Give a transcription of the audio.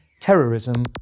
terrorism